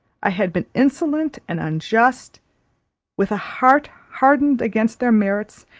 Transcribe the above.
i had been insolent and unjust with a heart hardened against their merits,